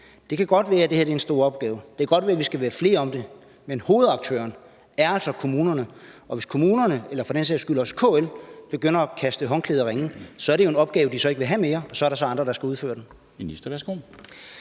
godt kan være, at det her er en stor opgave, at det kan godt være, at vi skal være flere om det, men at hovedaktøren altså er kommunerne, og hvis kommunerne eller for den sags skyld også KL begynder at kaste håndklædet i ringen, så er det jo en opgave, de ikke vil have mere, og så er der andre, der skal udføre den.